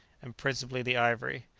and principally the ivory.